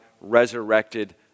resurrected